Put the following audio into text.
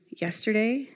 yesterday